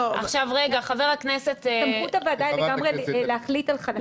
חבר הכנסת --- סמכות הוועדה היא לגמרי להחליט על חלקים מהצו?